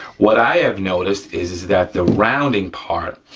what i have noticed is that the rounding part,